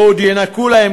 ועוד ינכו להם,